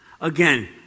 Again